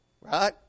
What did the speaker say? Right